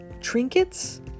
trinkets